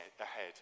ahead